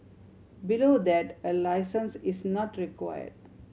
below that a licence is not required